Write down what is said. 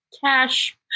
Cash